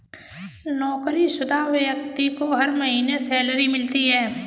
नौकरीशुदा व्यक्ति को हर महीने सैलरी मिलती है